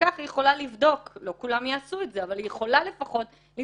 בעוד שלפי הצעת החוק היא לפחות תוכל